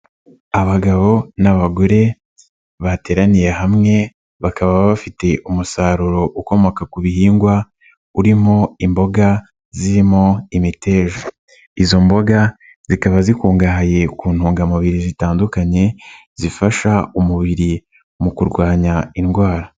Abagabo n'abagore bateraniye hamwe bakaba bafite umusaruro ukomoka ku bihingwa urimo imboga zirimo imiteja izo mboga zikaba zikungahaye ku ntungamubiri zitandukanye zifasha umubiri mu kurwanya indwara.